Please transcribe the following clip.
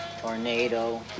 tornado